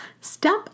step